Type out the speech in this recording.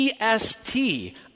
EST